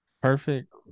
Perfect